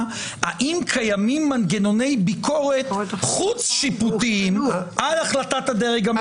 האם קיימים מנגנוני ביקורת חוץ-שיפוטיים על החלטת הדרג המינהלי.